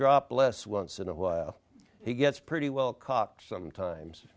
drop less once in a while he gets pretty well cocked sometimes